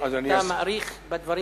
ואתה מאריך בדברים.